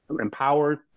empowered